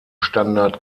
standard